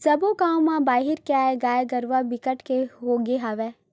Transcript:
सब्बो गाँव म बाहिर के आए गाय गरूवा बिकट के होगे हवय